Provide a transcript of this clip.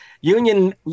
Union